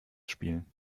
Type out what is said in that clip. spielen